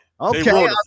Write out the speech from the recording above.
Okay